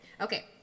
okay